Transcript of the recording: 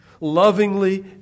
Lovingly